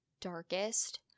darkest